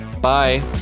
Bye